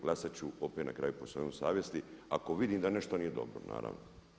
Glasat ću opet na kraju po svojoj savjesti ako vidim da nešto nije dobro, naravno.